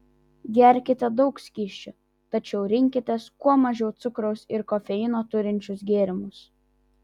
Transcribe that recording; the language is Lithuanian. gerkite daug skysčių tačiau rinkitės kuo mažiau cukraus ir kofeino turinčius gėrimus